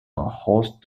host